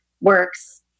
works